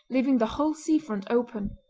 leaving the whole sea front open.